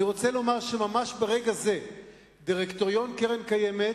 אני רוצה לומר שממש ברגע זה דירקטוריון הקרן הקיימת